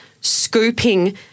scooping